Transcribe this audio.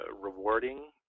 rewarding